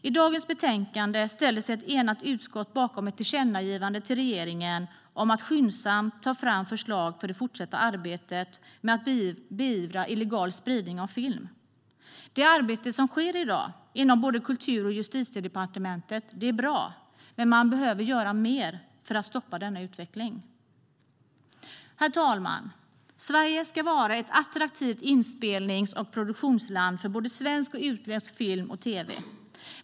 I dagens betänkande ställer sig ett enigt utskott bakom ett tillkännagivande av riksdagen till regeringen om att skyndsamt ta fram förslag för det fortsatta arbetet med att beivra illegal spridning av film. Det arbete som sker i dag inom både Kultur och Justitiedepartementen är bra, men man behöver göra mer för att stoppa denna utveckling. Herr talman! Sverige ska vara ett attraktivt inspelnings och produktionsland för både svensk och utländsk film och tv.